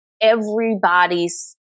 everybody's